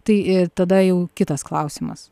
tai tada jau kitas klausimas